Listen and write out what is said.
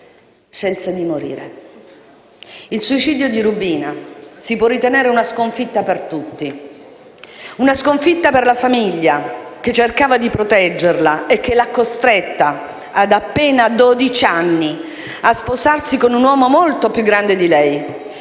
scelse di morire. Il suicidio di Rubina si può ritenere una sconfitta per tutti. Una sconfitta per la famiglia che cercava di proteggerla e che l'ha costretta, ad appena dodici anni, a sposarsi con un uomo molto più grande di lei,